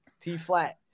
T-flat